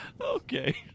Okay